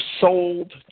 sold